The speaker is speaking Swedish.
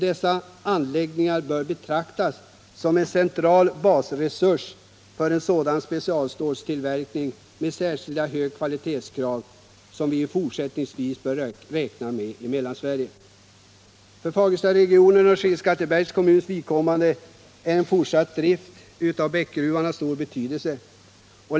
Dessa anläggningar bör betraktas som en central basresurs för en specialståltillverkning med de särskilt höga kvalitetskrav vi också fortsättningsvis bör räkna med i Mellansverige. För Fagerstaregionens och Skinnskattebergs kommuns vidkommande är fortsatt drift vid Bäckegruvan av stor betydelse.